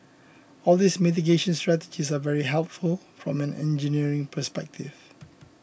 all these mitigation strategies are very helpful from an engineering perspective